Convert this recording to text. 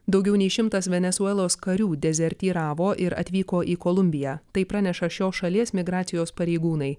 daugiau nei šimtas venesuelos karių dezertyravo ir atvyko į kolumbiją tai praneša šios šalies migracijos pareigūnai